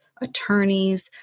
Attorneys